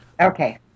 Okay